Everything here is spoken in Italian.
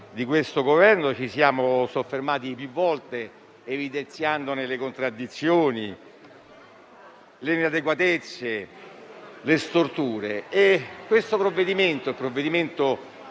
di questo Governo ci siamo soffermati più volte, evidenziandone le contraddizioni, l'inadeguatezza e le storture. Questo provvedimento sul riordino